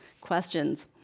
questions